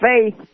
faith